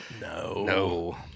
No